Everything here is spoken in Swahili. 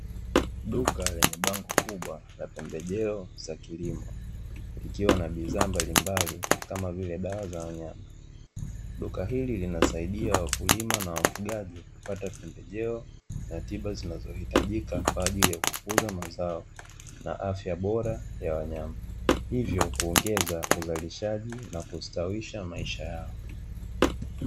Duka lenye bango kubwa la pembejeo za kilimo likiwa na bidhaa mbalimbali kama vile dawa za wanyama, duka hili linasaidia wakulima na wafugaji kupata pembejeo na tiba zinazohitajika kukuza mazao na afya bora ya wanyama, hivyo kuongeza uzalishaji nakustawisha maisha yao.